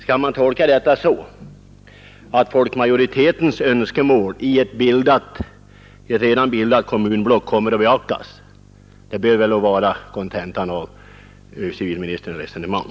Skall man tolka detta så att folkmajoritetens önskemål i ett redan bildat kommunblock kommer att beaktas? Det bör väl vara kontentan av civilministerns resonemang.